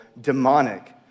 demonic